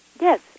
Yes